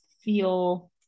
Feel